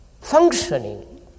functioning